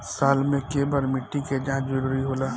साल में केय बार मिट्टी के जाँच जरूरी होला?